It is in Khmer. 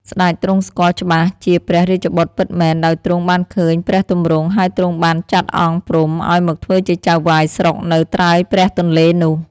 សេ្តចទ្រង់ស្គាល់ច្បាស់ជាព្រះរាជបុត្រពិតមែនដោយទ្រង់បានឃើញព្រះទម្រង់ ហើយទ្រង់បានចាត់អង្គព្រំឲ្យមកធ្វើជាចៅហ្វាយស្រុកនៅត្រើយព្រះទនេ្លនោះ។